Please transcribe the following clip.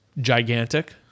gigantic